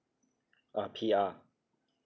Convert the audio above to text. uh P_R